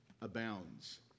abounds